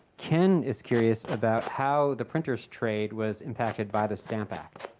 ken is curious about how the printer's trade was impacted by the stamp act.